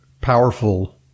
powerful